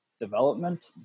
development